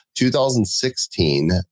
2016